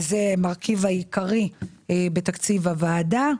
זה המרכיב העיקרי בתקציב הוועדה.